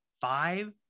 five